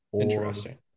interesting